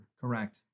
Correct